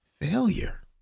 failure